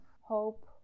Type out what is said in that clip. hope